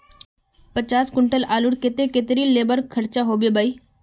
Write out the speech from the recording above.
पचास कुंटल आलूर केते कतेरी लेबर खर्चा होबे बई?